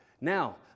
Now